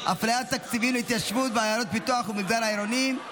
אפליית תקציבים להתיישבות בעיירות פיתוח ובמגזר העירוני.